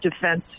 defense